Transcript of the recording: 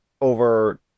over